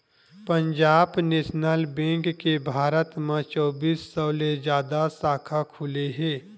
Punjab national bank के भारत म चौबींस सौ ले जादा साखा खुले हे